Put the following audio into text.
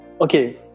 Okay